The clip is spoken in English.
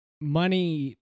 money